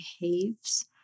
behaves